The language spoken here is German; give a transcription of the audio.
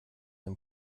dem